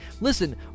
listen